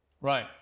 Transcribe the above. right